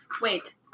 Wait